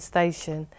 Station